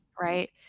right